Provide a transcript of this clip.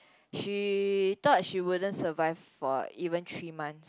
she thought she wouldn't survive for even three months